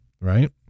right